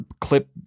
clip